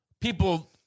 people